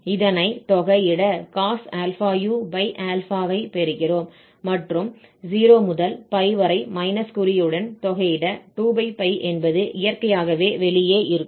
இதனை தொகையிட cos ∝u ஐ பெறுகிறோம் மற்றும் 0 முதல் π வரை மைனஸ் குறியுடன் தொகையிட 2 என்பது இயற்கையாக வெளியே இருக்கும்